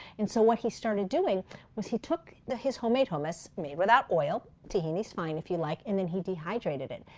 and so, what he started doing was he took his homemade hummus made without oil tahini is fine, if you like and then he dehydrated it.